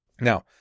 Now